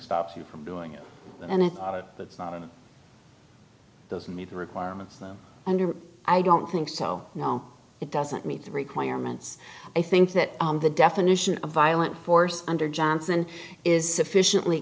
stop you from doing that and if that's not it doesn't meet the requirements them under i don't think so no it doesn't meet the requirements i think that the definition of violent force under johnson is sufficiently